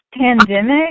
pandemic